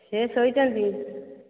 ସେ ଶୋଇଛନ୍ତି